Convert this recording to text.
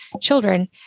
children